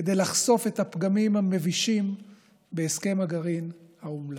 כדי לחשוף את הפגמים המבישים בהסכם הגרעין האומלל.